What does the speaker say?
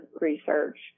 research